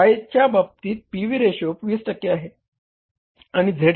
Y च्या बाबतीत P V ratio 20 टक्के आहे आणि Z